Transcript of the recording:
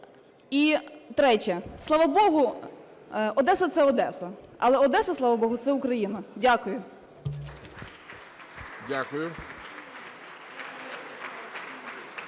І третє. Слава Богу Одеса – це Одеса. Але Одеса, слава Богу, це Україна. Дякую.